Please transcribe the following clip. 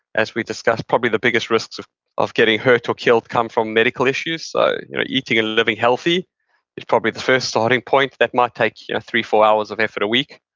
as we discussed, probably the biggest risks of of getting hurt or killed come from medical issues so you know eating and living healthy is probably the first starting point. that might take yeah three or four hours of effort a week,